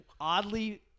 oddly